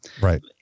right